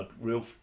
real